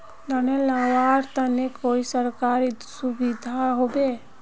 धानेर लगवार तने कोई सरकारी सुविधा होबे?